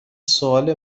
سوال